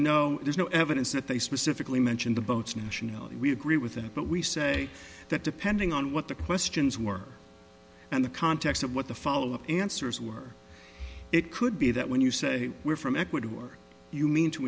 no there's no evidence that they specifically mention the boats nationality we agree with them but we say that depending on what the questions were and the context of what the follow up answers were it could be that when you say we're from ecuador you mean to